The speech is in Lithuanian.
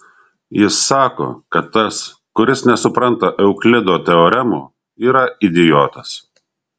jis sako kad tas kuris nesupranta euklido teoremų yra idiotas